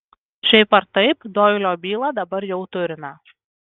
šiaip ar taip doilio bylą dabar jau turime